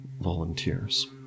volunteers